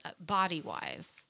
body-wise